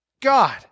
God